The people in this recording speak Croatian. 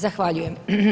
Zahvaljujem.